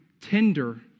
tender